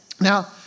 Now